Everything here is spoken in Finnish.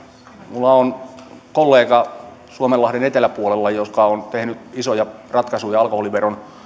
minulla on suomenlahden eteläpuolella kollega joka on tehnyt isoja ratkaisuja alkoholiveron